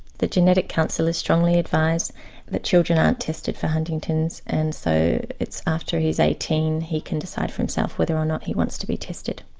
the genetic counsellor has strongly advised that children aren't tested for huntington's and so it's after he's eighteen, he can decide for himself whether or not he wants to be tested.